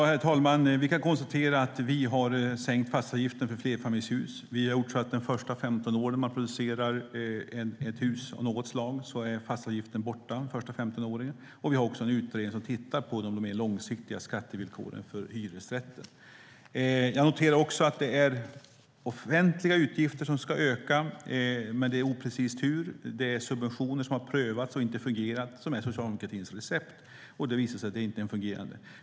Herr talman! Vi kan konstatera att vi har sänkt fastighetsavgiften för flerfamiljshus. Vi har gjort så att när man producerar ett hus av något slag är fastighetsavgiften borta de första 15 åren. Vi har också en utredning som tittar på de mer långsiktiga skattevillkoren för hyresrätter. Jag noterar också att det är offentliga utgifter som ska öka, men det är oprecist hur. Det är subventioner som har prövats som är socialdemokratins recept. Det har visat sig att de inte är fungerande.